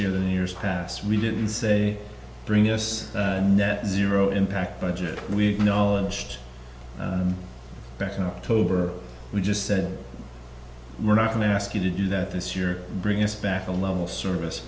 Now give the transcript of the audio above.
year than in years past we didn't say bring us net zero impact budget we know inched back in october we just said we're not going to ask you to do that this year bring us back a level service